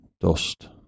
dust